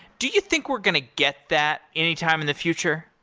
do you think we're going to get that anytime in the future?